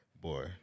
Boy